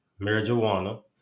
marijuana